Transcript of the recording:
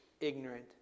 ignorant